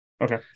Okay